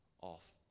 off